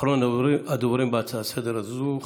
אחרון הדוברים בהצעה זו לסדר-היום,